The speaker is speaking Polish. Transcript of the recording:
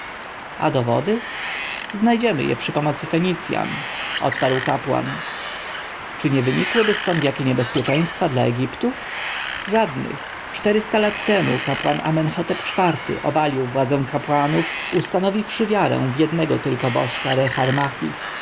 a dowody znajdziemy je przy pomocy fenicjan odparł kapłan czy nie wynikłyby stąd jakie niebezpieczeństwa dla egiptu żadnych czterysta lat temu faraon amenhotep iv-ty obalił władzę kapłanów ustanowiwszy wiarę w jednego tylko bożka